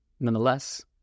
Nonetheless